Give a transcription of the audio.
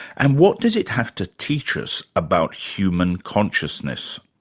and what does it have to teach us about human consciousness?